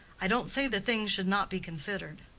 i don't say the thing should not be considered.